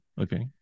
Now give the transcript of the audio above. Okay